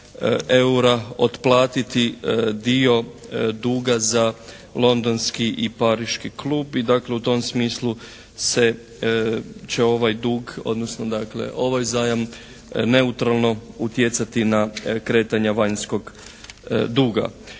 eura otplatiti dio duga za londonski i pariški klub i dakle u tom smislu se, će se ovaj dug odnosno dakle ovaj zajam neutralno utjecati na kretanja vanjskog duga.